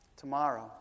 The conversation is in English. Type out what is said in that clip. Tomorrow